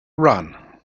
run